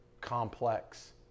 complex